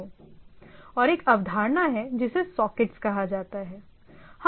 और एक अवधारणा है जिसे सॉकेट्स कहा जाता है